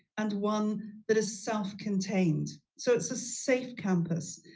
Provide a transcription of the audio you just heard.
and one that is self-contained, so it's a sief campus,